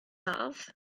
haf